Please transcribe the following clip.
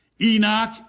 Enoch